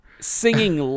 Singing